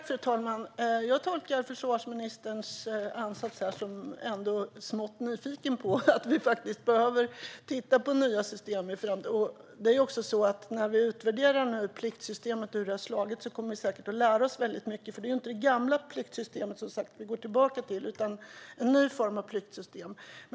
Fru talman! Jag tolkar försvarsministerns ansats som smått nyfiken och att vi behöver titta på nya system. När vi utvärderar pliktsystemet kommer vi säkert att lära oss mycket. Det är som sagt inte det gamla pliktsystemet som vi går tillbaka till, utan det är en ny form av pliktsystem.